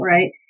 Right